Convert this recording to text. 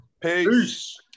Peace